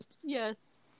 Yes